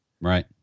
Right